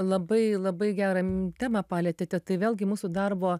labai labai gerą m temą palietėte tai vėlgi mūsų darbo